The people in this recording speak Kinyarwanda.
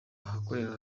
ahakorera